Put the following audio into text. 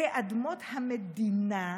כאדמות המדינה.